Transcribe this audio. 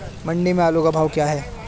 मंडी में आलू का भाव क्या है?